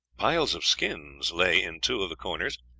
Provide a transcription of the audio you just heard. piles of skins lay in two of the corners,